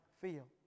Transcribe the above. feel